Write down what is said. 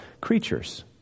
creatures